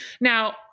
Now